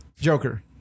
Joker